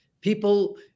People